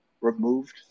removed